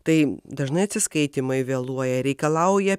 tai dažnai atsiskaitymai vėluoja reikalauja